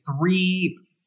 three